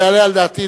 לא יעלה על דעתי,